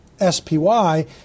SPY